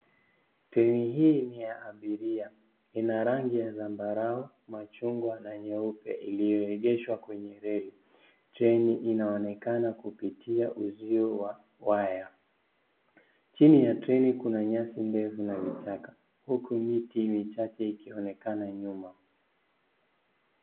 Treni hii ni ya abiria. Lina rangi ya zambarau, machungwa na nyeupe iliyoegeshwa kwenye reli. Treni inaonekana kupitia uzio wa waya. Chini ya treni kuna nyasi ndefu na vichaka huku miti michache ikionekana nyuma.